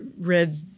read